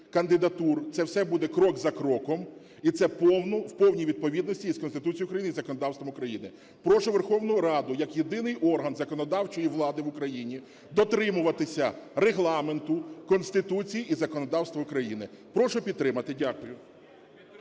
кандидатур. Це все буде крок за кроком, і це в повній відповідності і з Конституцією України, і з законодавством України. Прошу Верховну Раду як єдиний орган законодавчої влади в Україні дотримуватися Регламенту, Конституції і законодавства України. Прошу підтримати. Дякую.